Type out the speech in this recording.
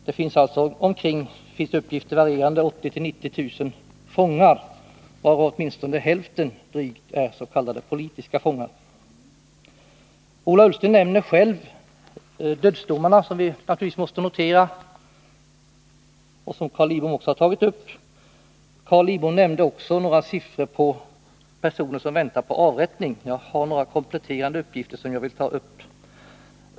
Det finns alltså enligt varierande uppgifter omkring 80 000-90 000 fångar, varav åtminstone hälften är s.k. politiska fångar. Ola Ullsten nämner själv dödsdomarna, som vi naturligtvis måste notera och som Carl Lidbom också tagit upp. Carl Lidbom nämnde vidare några siffror på antalet personer som väntar på avrättning. Jag har några kompletterande uppgifter som jag vill framföra.